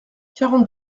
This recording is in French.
quarante